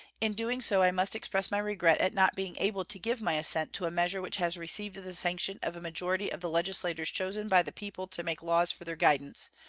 in doing so i must express my regret at not being able to give my assent to a measure which has received the sanction of a majority of the legislators chosen by the people to make laws for their guidance,